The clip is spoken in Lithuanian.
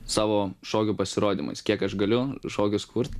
savo šokių pasirodymais kiek aš galiu šokius kurt